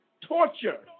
torture